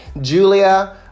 Julia